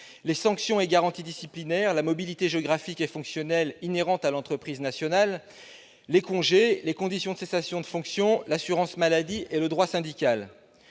les sanctions et garanties disciplinaires, la mobilité géographique et fonctionnelle inhérente à l'entreprise nationale, les congés, les conditions de cessation de fonction, l'assurance maladie et le droit syndical.